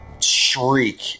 shriek